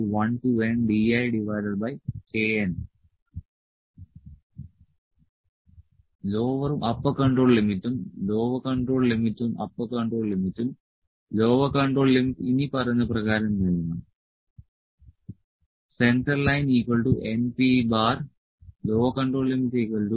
p i1nDikn ലോവറും upper control ലിമിറ്റും lower control ലിമിറ്റും അപ്പർ കൺട്രോൾ ലിമിറ്റും ലോവർ കൺട്രോൾ ലിമിറ്റ് ഇനിപ്പറയുന്ന പ്രകാരം നൽകാം C